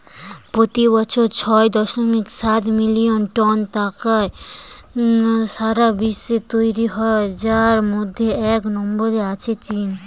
পোতি বছর ছয় দশমিক সাত মিলিয়ন টন তামাক সারা বিশ্বে তৈরি হয় যার মধ্যে এক নম্বরে আছে চীন